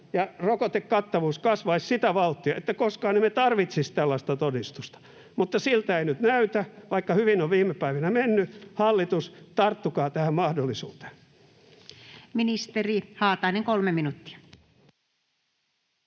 ja rokotekattavuus kasvaisi sitä vauhtia, että koskaan emme tarvitsisi tällaista todistusta, mutta siltä ei nyt näytä, vaikka hyvin on viime päivinä mennyt. Hallitus, tarttukaa tähän mahdollisuuteen. [Speech 32] Speaker: Anu